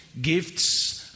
gifts